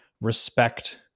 respect